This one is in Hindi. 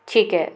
ठीक है